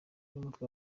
n’umutwe